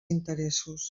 interessos